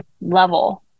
level